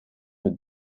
mij